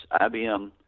IBM